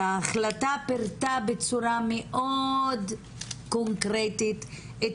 וההחלטה פירטה בצורה מאוד קונקרטית את